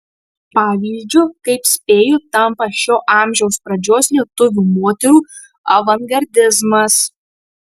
pavyzdžiu kaip spėju tampa šio amžiaus pradžios lietuvių moterų avangardizmas